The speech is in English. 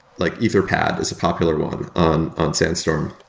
like etherpad is a popular one on on sandstorm.